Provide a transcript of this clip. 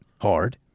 hard